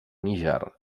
níger